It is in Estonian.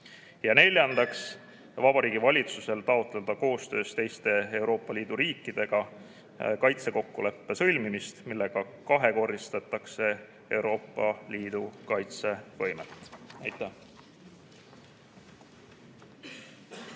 Neljandaks, Vabariigi Valitsusel taotleda koostöös teiste Euroopa Liidu riikidega kaitsekokkuleppe sõlmimist, millega kahekordistatakse Euroopa Liidu kaitsevõimet. Aitäh!